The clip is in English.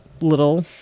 little